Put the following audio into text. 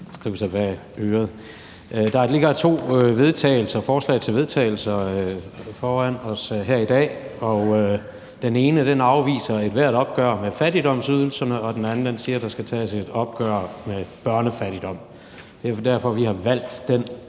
Der ligger to forslag til vedtagelse foran os her i dag, og det ene afviser ethvert opgør med fattigdomsydelserne, og det andet siger, at der skal tages et opgør med børnefattigdom. Det er derfor, vi har valgt det